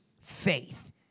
faith